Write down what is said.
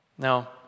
Now